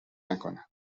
نکنم